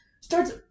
starts